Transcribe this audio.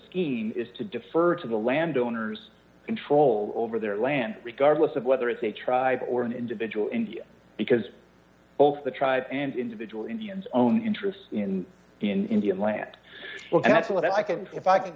scheme is to defer to the landowners control over their land regardless of whether it's a tribe or an individual because both the tribes and individual indians own interest in indian land and that's what i can do if i can